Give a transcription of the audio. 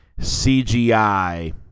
CGI